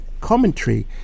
commentary